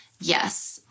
Yes